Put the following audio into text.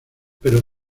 pero